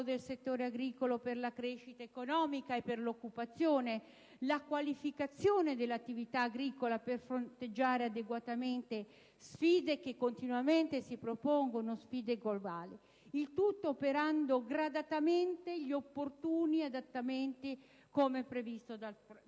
del settore agricolo per la crescita economica e per l'occupazione, la qualificazione dell'attività agricola per fronteggiare adeguatamente sfide globali che continuamente si propongono: il tutto, operando gradatamente gli opportuni adattamenti, come previsto dal Trattato.